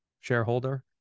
shareholder